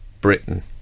Britain